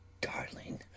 darling